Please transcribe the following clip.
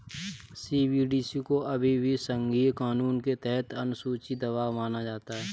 CBD को अभी भी संघीय कानून के तहत अनुसूची दवा माना जाता है